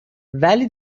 ولی